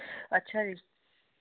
ਅੱਛਾ ਜੀ